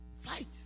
fight